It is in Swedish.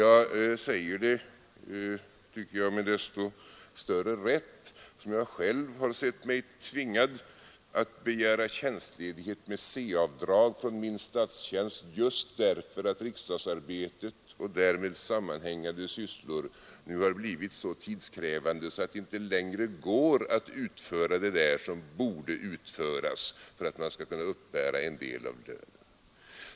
Jag säger detta, tycker jag, med desto större rätt, eftersom jag själv sett mig tvingad att begära tjänstledighet med C-avdrag från min statstjänst just därför att riksdagsarbetet och därmed sammanhängande sysslor nu blivit så tidskrävande att det inte längre går att utföra det som borde utföras för att man skall kunna uppbära en del av lönen från sin civila tjänst.